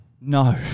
No